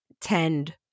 tend